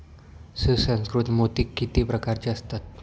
सुसंस्कृत मोती किती प्रकारचे असतात?